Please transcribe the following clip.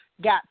got